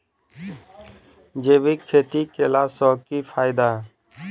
जैविक खेती केला सऽ की फायदा?